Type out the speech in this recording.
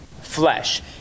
flesh